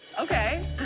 Okay